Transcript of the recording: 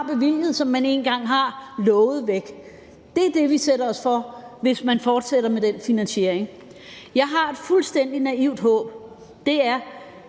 bevilget, som man en gang har lovet væk. Det er det, vi sætter os for, hvis vi fortsætter med den finansiering. Jeg har et fuldstændig naivt håb, og det er,